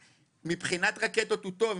מבחינת רקטות הוא טוב,